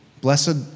Blessed